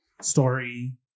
story